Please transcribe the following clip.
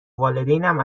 والدینم